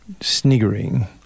sniggering